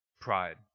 pride